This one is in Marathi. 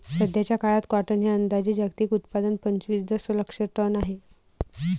सध्याचा काळात कॉटन हे अंदाजे जागतिक उत्पादन पंचवीस दशलक्ष टन आहे